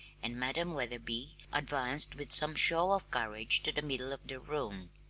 and madam wetherby advanced with some show of courage to the middle of the room.